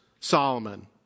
Solomon